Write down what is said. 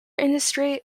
industry